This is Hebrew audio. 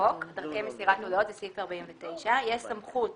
דרכי מסירת הודעות זה סעיף 49. יש סמכות